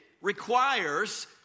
requires